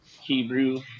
Hebrew